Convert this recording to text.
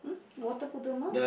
hmm water